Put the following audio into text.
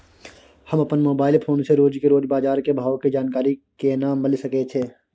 हम अपन mobile phone से रोज के रोज बाजार के भाव के जानकारी केना मिल सके छै?